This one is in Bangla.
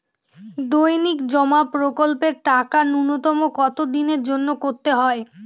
দৈনিক জমা প্রকল্পের টাকা নূন্যতম কত দিনের জন্য করতে হয়?